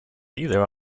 either